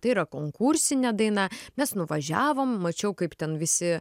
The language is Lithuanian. tai yra konkursinė daina mes nuvažiavom mačiau kaip ten visi